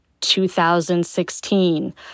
2016